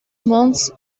months